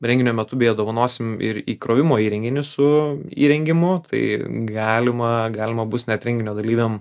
renginio metu beje dovanosim ir įkrovimo įrenginį su įrengimu tai galima galima bus net renginio dalyviam